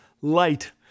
Light